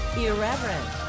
irreverent